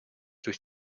durch